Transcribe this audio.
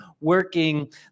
working